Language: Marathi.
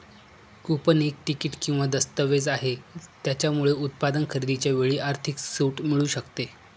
कुपन एक तिकीट किंवा दस्तऐवज आहे, याच्यामुळे उत्पादन खरेदीच्या वेळी आर्थिक सूट मिळू शकते